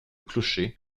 clocher